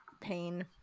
pain